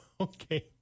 okay